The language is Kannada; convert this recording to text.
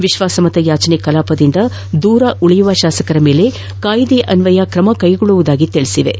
ವಿಶ್ಲಾಸಮತ ಯಾಚನೆ ಕಲಾಪದಿಂದ ದೂರ ಉಳಿಯುವ ಶಾಸಕರ ಮೇಲೆ ಕಾಯಿದೆಯನ್ವಯ ಕ್ರಮ ಕೈಗೊಳ್ಳುವುದಾಗಿ ತಿಳಿಸಿವೆ